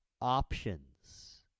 options